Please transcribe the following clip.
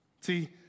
See